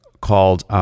called